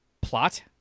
plot